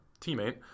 teammate